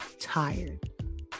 tired